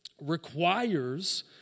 requires